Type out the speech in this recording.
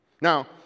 Now